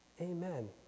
Amen